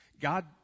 God